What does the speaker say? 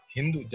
Hindu